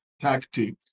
tactic